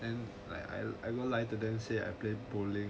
then like I go lie to them say I play bowling